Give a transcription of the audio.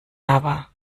aber